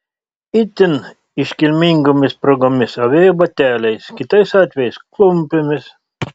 itin iškilmingomis progomis avėjo bateliais kitais atvejais klumpėmis